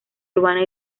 urbana